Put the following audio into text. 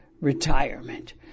retirement